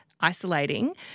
isolating